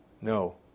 No